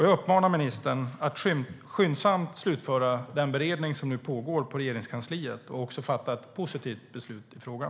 Jag uppmanar ministern att skyndsamt slutföra den beredning som nu pågår på Regeringskansliet och fatta ett positivt beslut i frågan.